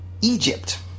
Egypt